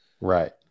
Right